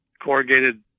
corrugated